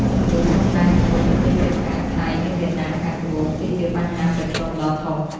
ជម្លោះព្រំដែនជាមួយប្រទេសជិតខាង ថៃ និងវៀតណាមខាងត្បូង គឺជាបញ្ហាប្រឈមដ៏ធំ។